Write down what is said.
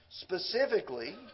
Specifically